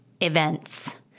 events